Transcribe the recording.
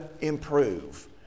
improve